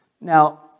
Now